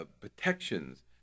Protections